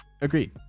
Agreed